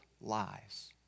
lies